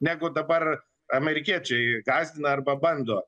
negu dabar amerikiečiai gąsdina arba bando